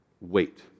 Wait